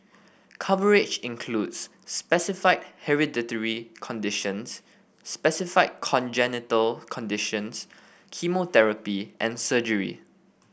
coverage includes specified hereditary conditions specified congenital conditions chemotherapy and surgery